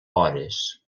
hores